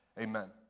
Amen